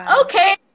okay